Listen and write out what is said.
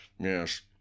Yes